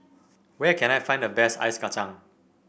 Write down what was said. where can I find the best Ice Kacang